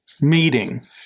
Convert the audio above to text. meeting